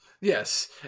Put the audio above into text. yes